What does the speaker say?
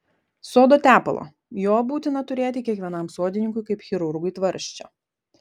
sodo tepalo jo būtina turėti kiekvienam sodininkui kaip chirurgui tvarsčio